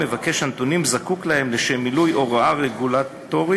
מבקש הנתונים זקוק להם לשם מילוי הוראה רגולטורית,